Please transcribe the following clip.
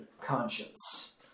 conscience